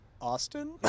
Austin